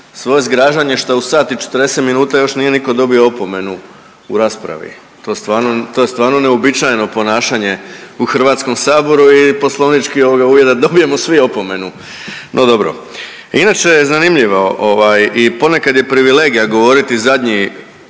svoje zgražanje što u sat i 40 minuta još niko nije dobio opomenu u raspravi, to je stvarno neuobičajeno ponašanje u HS-u i poslovnički uvjet da dobijemo svi opomenu. No dobro. Inače je zanimljiva i ponekad je privilegija govoriti zadnji